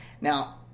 Now